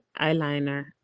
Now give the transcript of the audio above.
eyeliner